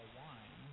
wine